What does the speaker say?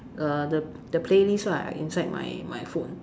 uh the playlist lah inside my my phone